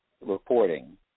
reporting